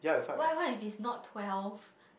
what what if it's not twelve